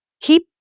Keep